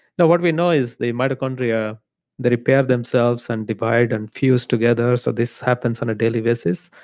no. what we know is the mitochondria they repair themselves and divide and fuse together, so this happens on a daily basis.